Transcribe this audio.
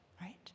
Right